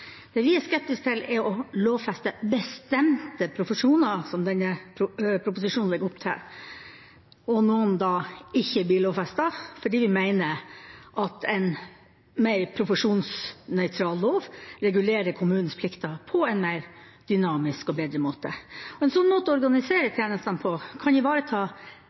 Det vi er skeptiske til, er å lovfeste bestemte profesjoner, som denne proposisjonen legger opp til, og at noen da ikke blir lovfestet, for vi mener at en mer profesjonsnøytral lov regulerer kommunens plikter på en mer dynamisk og bedre måte. En sånn måte å organisere tjenestene på, kan ivareta